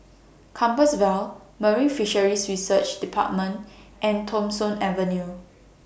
Compassvale Marine Fisheries Research department and Thong Soon Avenue